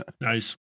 Nice